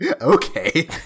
Okay